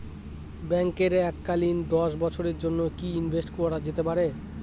ব্যাঙ্কে এককালীন দশ বছরের জন্য কি ইনভেস্ট করা যেতে পারে?